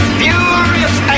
furious